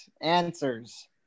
answers